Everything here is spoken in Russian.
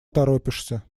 торопишься